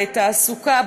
בתעסוקה,